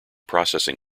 processing